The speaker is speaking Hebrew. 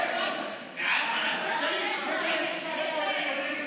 (תיקון, ביטול החוק), התש"ף 2020, לא נתקבלה.